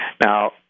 now